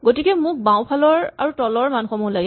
গতিকে মোক বাওঁফালৰ আৰু তলৰ মানসমূহ লাগে